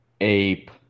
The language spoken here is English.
ape